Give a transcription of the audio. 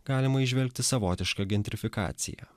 galima įžvelgti savotišką gentrifikaciją